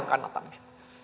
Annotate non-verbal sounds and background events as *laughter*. *unintelligible* kannatamme